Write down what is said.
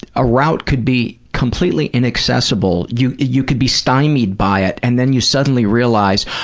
a route could be completely inaccessible. you you could be stymied by it, and then you suddenly realize,